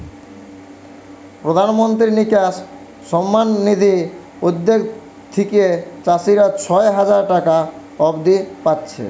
প্রধানমন্ত্রী কিষান সম্মান নিধি উদ্যগ থিকে চাষীরা ছয় হাজার টাকা অব্দি পাচ্ছে